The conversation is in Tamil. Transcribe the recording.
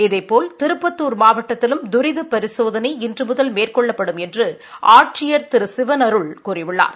இதேபோல் திருப்பத்தூர் மாவட்டத்திலும் துரித பரிசோதனை இன்று முதல் மேற்கொள்ளப்படும் என்று ஆட்சியர் திரு சிவனருன் கூறியுள்ளார்